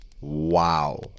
wow